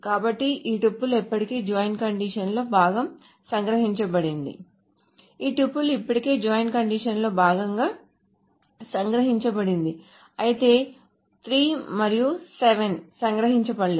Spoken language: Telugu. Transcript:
కాబట్టి ఈ టుపుల్ ఇప్పటికే జాయిన్ కండిషన్లో భాగంగా సంగ్రహించబడింది ఈ టుపుల్ ఇప్పటికే జాయిన్ కండిషన్లో భాగంగా సంగ్రహించబడింది అయితే 3 మరియు 7 సంగ్రహించ బడలేదు